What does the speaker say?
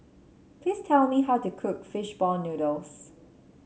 please tell me how to cook fish ball noodles